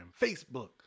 Facebook